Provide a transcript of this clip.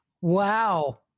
Wow